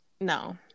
No